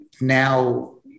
now